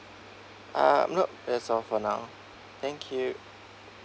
uh nope that's all for now thank you